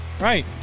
Right